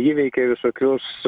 įveikia visokius